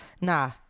Nah